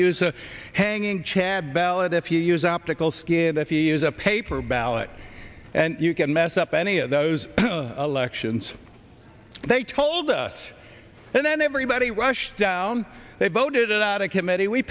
use a hanging chad ballot if you use optical scan that you use a paper ballot and you can mess up any of those elections they told us and then everybody rushed down they voted it out of committee we